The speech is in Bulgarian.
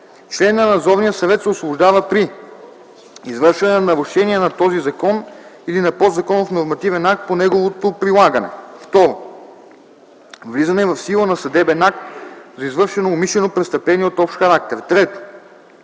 Член на Надзорния съвет се освобождава при: 1. извършване на нарушение на този закон или на подзаконов нормативен акт по неговото прилагане; 2. влизане в сила на съдебен акт за извършено умишлено престъпление от общ характер; 3.